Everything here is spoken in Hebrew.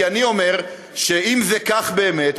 כי אני אומר שאם זה כך באמת,